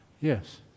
Yes